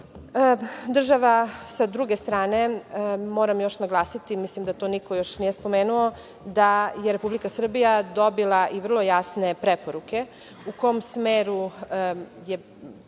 sa druge strane, moram još naglasiti, mislim da to niko nije spomenuo, da je Republika Srbija dobila i vrlo jasne preporuke u kom smeru je trebalo